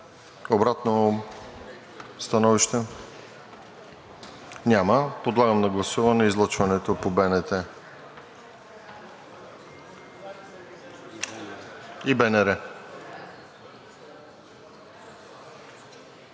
Обратно становище? Няма. Подлагам на гласуване излъчването по БНТ и БНР.